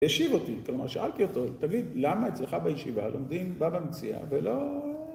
ישיב אותי. כלומר, שאלתי אותו, דוד, למה אצלך בישיבה לומדים בבא מציעה, ולא...